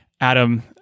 adam